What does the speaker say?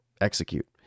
Execute